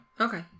Okay